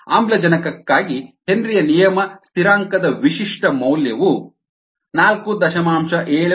ಆಮ್ಲಜನಕಕ್ಕಾಗಿ ಹೆನ್ರಿಯ ನಿಯಮ ಸ್ಥಿರಾಂಕದ ವಿಶಿಷ್ಟ ಮೌಲ್ಯವು 4